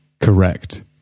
correct